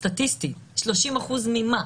סטטיסטית, 30% ממה?